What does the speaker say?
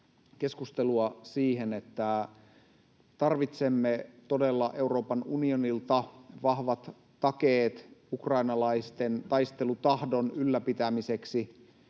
keskustelua siihen, että tarvitsemme todella Euroopan unionilta vahvat takeet ukrainalaisten taistelutahdon ylläpitämiseksi,